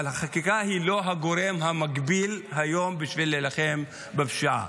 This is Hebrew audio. אבל החקיקה היא לא הגורם המגביל היום בשביל להילחם בפשיעה.